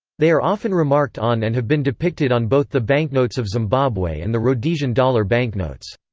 they are often remarked on and have been depicted on both the banknotes of zimbabwe and the rhodesian dollar banknotes.